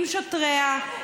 עם שוטריה,